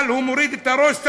אבל הוא מוריד את הראש,